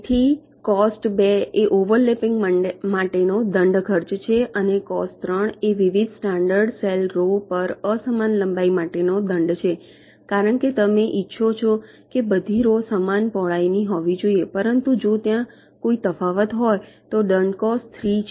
તેથી કોસ્ટ 2 એ ઓવરલેપિંગ માટેનો દંડ ખર્ચ છે અને કોસ્ટ 3 એ વિવિધ સ્ટાન્ડર્ડ સેલ રૉ પર અસમાન લંબાઈ માટેનો દંડ છે કારણ કે તમે ઇચ્છો છો કે બધી રૉ લગભગ સમાન પહોળાઈની હોવી જોઈએ પરંતુ જો ત્યાં કોઈ તફાવત હોય તો દંડ કોસ્ટ 3 છે